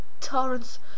torrents